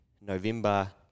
November